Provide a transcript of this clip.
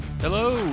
hello